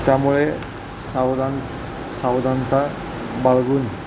त्यामुळे सावधान सावधानता बाळगून